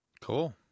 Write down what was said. Cool